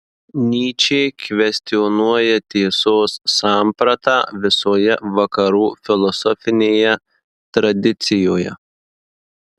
nyčė kvestionuoja tiesos sampratą visoje vakarų filosofinėje tradicijoje